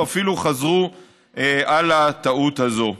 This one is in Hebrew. או אפילו חזרו על הטעות הזאת.